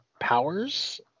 powers